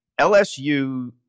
LSU